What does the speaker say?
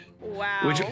Wow